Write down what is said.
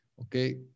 Okay